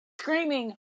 screaming